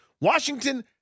Washington